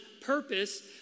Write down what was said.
Purpose